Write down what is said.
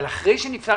אבל עכשיו שתהיה שנת